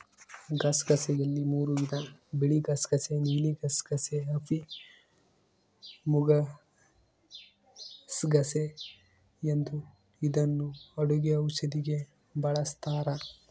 ಗಸಗಸೆಯಲ್ಲಿ ಮೂರೂ ವಿಧ ಬಿಳಿಗಸಗಸೆ ನೀಲಿಗಸಗಸೆ, ಅಫಿಮುಗಸಗಸೆ ಎಂದು ಇದನ್ನು ಅಡುಗೆ ಔಷಧಿಗೆ ಬಳಸ್ತಾರ